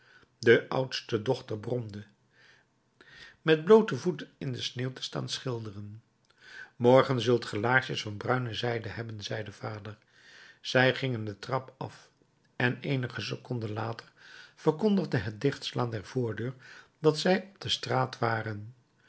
de oudste dochter bromde met bloote voeten in de sneeuw te staan schilderen morgen zult ge laarsjes van bruine zijde hebben zei de vader zij gingen de trap af en eenige seconden later verkondigde het dichtslaan der voordeur dat zij op de straat waren